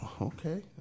Okay